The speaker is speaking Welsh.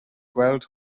gweld